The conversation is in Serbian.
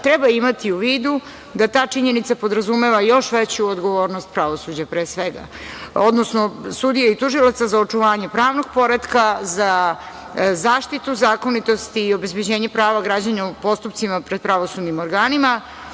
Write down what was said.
treba imati u vidu da ta činjenica podrazumeva još veću odgovornost pravosuđa, odnosno sudija i tužilaca, za očuvanje pravnog poretka, za zaštitu zakonitosti i obezbeđenje prava građana u postupcima pred pravosudnim organima.